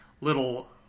little